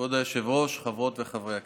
כבוד היושב-ראש, חברות וחברי הכנסת,